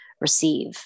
receive